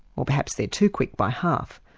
or perhaps they're too quick by half,